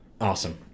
Awesome